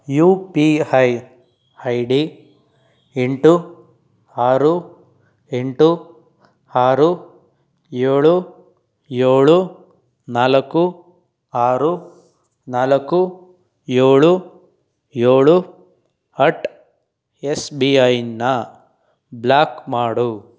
you P I I D ಎಂಟು ಆರು ಎಂಟು ಆರು ಏಳು ಏಳು ನಾಲ್ಕು ಆರು ನಾಲ್ಕು ಏಳು ಏಳು ಅಟ್ ಎಸ್ ಬಿ ಐನ ಬ್ಲಾಕ್ ಮಾಡು